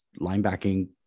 linebacking